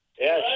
Yes